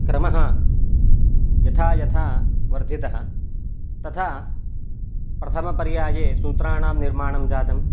क्रमः यथा यथा वर्धितः तथा प्रथमपर्याये सूत्राणां निर्माणं जातं